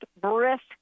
brisk